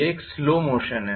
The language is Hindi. यह एक स्लो मोशन है